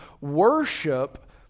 worship